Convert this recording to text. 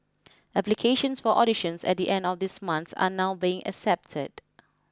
applications for auditions at the end of this month are now being accepted